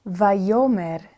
Vayomer